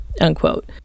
unquote